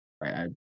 right